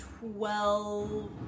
Twelve